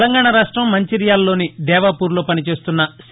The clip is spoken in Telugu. తెలంగాణా రాష్ట్రం మంచిర్యాల లోని దేవాపూర్లో పనిచేస్తున్న సి